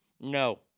No